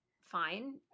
fine